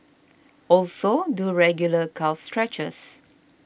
also do regular calf stretches